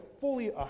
fully